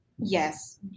Yes